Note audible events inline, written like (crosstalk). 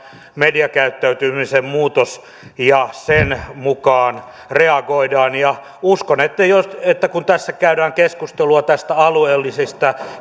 mediakäyttäytymisen muutos ja sen mukaan reagoidaan uskon että kun tässä käydään keskustelua näistä alueellisista (unintelligible)